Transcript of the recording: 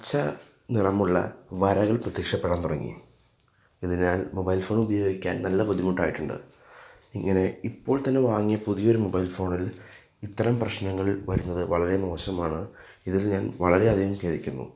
പച്ച നിറമുള്ള വരകൾ പ്രത്യക്ഷപ്പെടാൻ തുടങ്ങി ഇതിനാൽ മൊബൈൽ ഫോൺ ഉപയോഗിക്കാൻ നല്ല ബുദ്ധിമുട്ടായിട്ടുണ്ട് ഇങ്ങനെ ഇപ്പോൾ തന്നെ വാങ്ങിയ പുതിയൊരു മൊബൈൽ ഫോണിൽ ഇത്തരം പ്രശ്നങ്ങൾ വരുന്നത് വളരെ മോശമാണ് ഇതിൽ ഞാൻ വളരെ അധികം ഖേദിക്കുന്നു